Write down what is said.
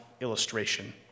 illustration